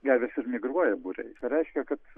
gervės ir migruoja būriais reiškia kad